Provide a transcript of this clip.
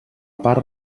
part